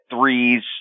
threes